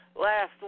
last